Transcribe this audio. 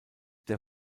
der